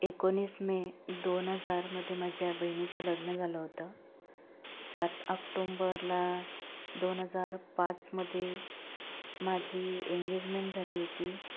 एकोणीस मे दोन हजारमध्ये माझ्या बहिणीचं लग्न झालं होतं सात ऑक्टोंबरला दोन हजार पाचमध्ये माझी एंगेजमेंट झाली होती